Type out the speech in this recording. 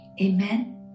Amen